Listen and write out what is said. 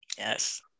Yes